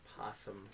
possum